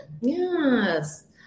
Yes